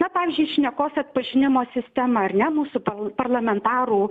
na pavyzdžiui šnekos atpažinimo sistema ar ne mūsų par parlamentarų